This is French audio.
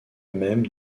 même